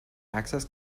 access